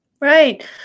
Right